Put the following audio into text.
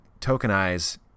tokenize